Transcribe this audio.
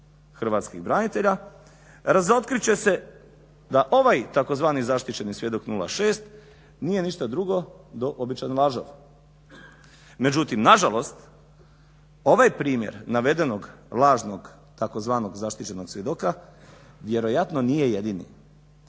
hrvatskih branitelja razotkrit će se da ovaj tzv. zaštićeni svjedok 06 nije ništa drugo do običan lažov. Međutim, nažalost ovaj primjer navedenog lažnog tzv. zaštićeno svjedoka vjerojatno nije jedini.